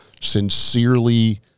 sincerely